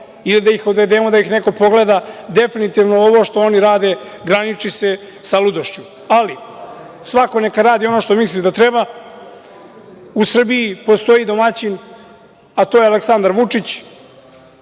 da ih neko pogleda, definitivno ovo što oni rade, graniči se sa ludošću ali svako neka radi ono što misli da treba.U Srbiji postoji domaćin, a to je Aleksandar Vučić.